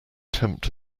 tempt